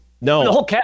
No